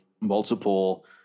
multiple